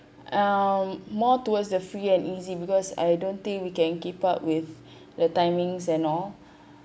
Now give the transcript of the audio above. um more towards the free and easy because I don't think we can keep up with the timings and all